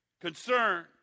concern